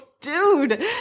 Dude